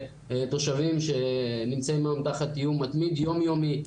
תושבים שנמצאים היום תחת איום מתמיד יומיומי.